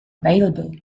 available